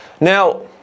Now